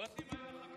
מוסי, מה עם